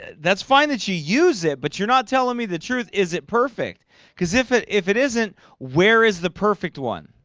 that's fine that you use it, but you're not telling me the truth is it perfect because if it if it isn't where is the perfect one?